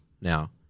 now